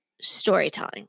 storytelling